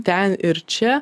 ten ir čia